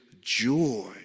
joy